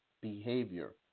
Behavior